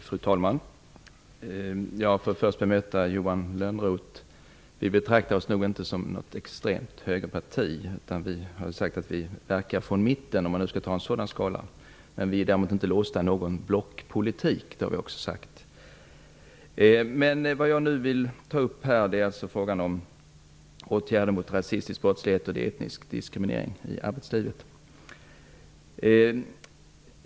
Fru talman! Först vill jag bemöta Johan Lönnroth. Vi i Ny demokrati betraktar oss inte som något extremt högerparti, utan vi verkar från mitten, om man nu skall använda en sådan skala. Vi är däremot inte låsta i någon blockpolitik - det har vi också sagt. Jag vill ta upp frågan om åtgärder mot rasistisk brottslighet och etnisk diskriminering i arbetslivet.